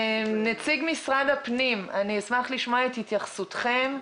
נציג משרד הפנים, אני אשמח לשמוע את התייחסותכם.